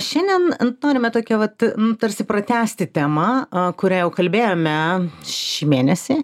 šiandien norime tokia vat tarsi pratęsti tema kuria jau kalbėjome šį mėnesį